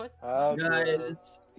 Guys